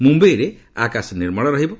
ମୁମ୍ବାଇରେ ଆକାଶ ନିର୍ମଳ ରହିବ